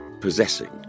possessing